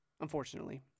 unfortunately